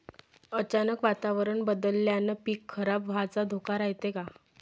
अचानक वातावरण बदलल्यानं पीक खराब व्हाचा धोका रायते का?